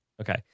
Okay